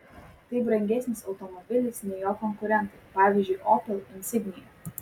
tai brangesnis automobilis nei jo konkurentai pavyzdžiui opel insignia